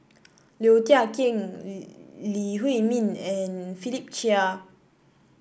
Low Thia Khiang Lee Huei Min and Philip Chia